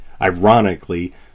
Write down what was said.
ironically